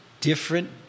different